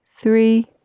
three